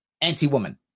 anti-woman